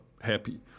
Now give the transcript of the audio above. happy